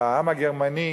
העם הגרמני,